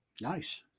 Nice